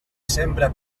sembra